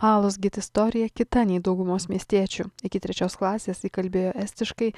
alos git istorija kita nei daugumos miestiečių iki trečios klasės ji kalbėjo estiškai